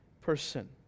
person